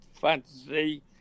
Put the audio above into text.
fantasy